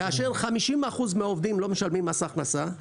כאשר 50 אחוז מהעובדים לא משלמים מס הכנסה.